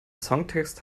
songtext